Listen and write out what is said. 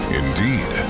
indeed